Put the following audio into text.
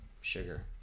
sugar